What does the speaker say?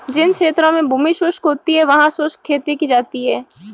जिन क्षेत्रों में भूमि शुष्क होती है वहां शुष्क खेती की जाती है